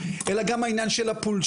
אלא גם העניין של הפול.